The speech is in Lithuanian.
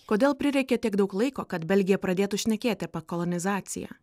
kodėl prireikė tiek daug laiko kad belgija pradėtų šnekėti apie kolonizaciją